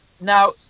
Now